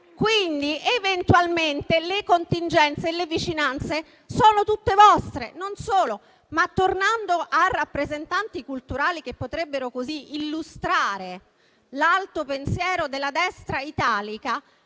Quindi eventualmente le contingenze e le vicinanze sono tutte vostre. Non solo. Tornando a rappresentanti culturali che potrebbero illustrare l'alto pensiero della destra italica,